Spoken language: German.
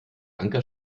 anker